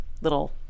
little